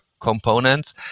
components